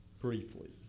briefly